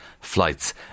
flights